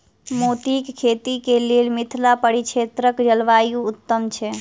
मोतीक खेती केँ लेल मिथिला परिक्षेत्रक जलवायु उत्तम छै?